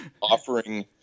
Offering